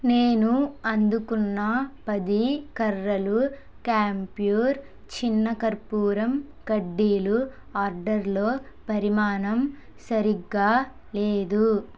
నేను అందుకున్న పది కర్రలు క్యాంప్యూర్ చిన్న కర్పూరం కడ్డీలు ఆర్డర్లో పరిమాణం సరిగ్గా లేదు